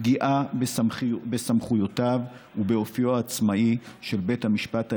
פגיעה בסמכויותיו ובאופיו העצמאי של בית המשפט העליון,